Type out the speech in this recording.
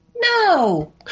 No